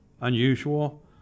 unusual